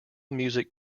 music